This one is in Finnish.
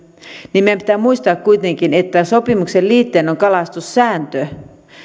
niin meidän pitää muistaa kuitenkin että sopimuksen liitteenä on kalastussääntö